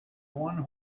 one